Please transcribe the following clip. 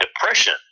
depression